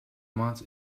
month